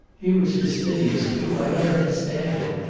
he was fastidious, too. i don't understand it.